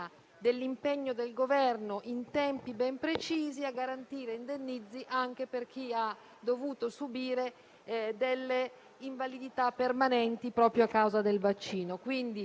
dell'impegno del Governo, in tempi ben precisi, a garantire indennizzi a chi ha dovuto subire delle invalidità permanenti proprio a causa del vaccino.